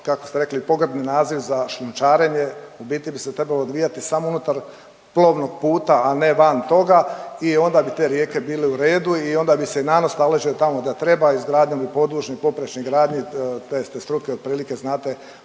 kako ste rekli pogrdni naziv za šljunčarenje u biti bi se trebao odvijati samo unutar plovnog puta, a ne van toga i onda bi te rijeke bile u redu i onda bi se nanos taložio tamo gdje treba, izgradnjom bi … poprečni gradnji te ste struke otprilike znate